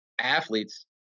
athletes